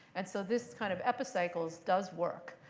and so this kind of epicycles does work.